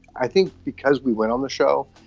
i think because we went on the show,